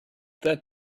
that